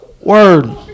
word